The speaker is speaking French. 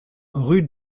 rue